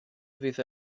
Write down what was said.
fydd